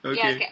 Okay